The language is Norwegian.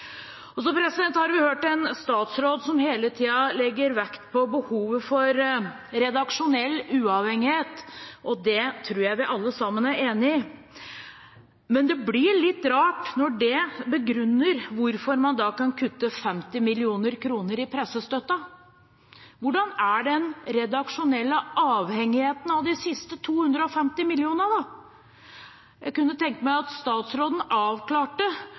Så har vi hørt en statsråd som hele tiden legger vekt på behovet for redaksjonell uavhengighet, og det tror jeg vi alle sammen er enig i. Men det blir litt rart når en bruker det som begrunnelse for å kutte 50 mill. kr i pressestøtten. Hvordan er den redaksjonelle avhengigheten av de siste 250 mill. kr da? Jeg kunne tenke meg at statsråden avklarte